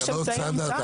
תקנות סד"א,